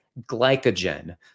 glycogen